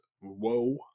whoa